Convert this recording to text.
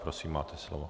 Prosím, máte slovo.